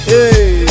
Hey